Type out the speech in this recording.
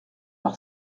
par